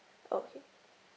okay